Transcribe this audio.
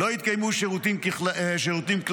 לא יתקיימו שירותים כלל,